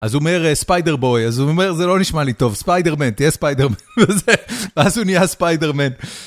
אז הוא אומר ספיידר בוי, אז הוא אומר זה לא נשמע לי טוב, ספיידר מן, תהיה ספיידר מן, ואז הוא נהיה ספיידר מן.